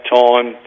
time